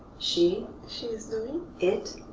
she. she is doing. it.